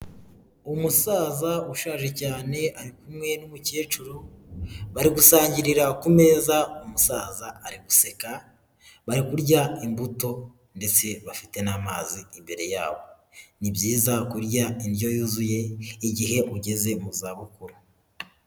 Umusaza ushaje cyane ari kumwe n'umukecuru bari gusangirira ku meza, umusaza ari guseka, bari kurya imbuto ndetse bafite n'amazi imbere yabo, ni byiza kurya indyo yuzuye igihe ugeze mu zabukuru.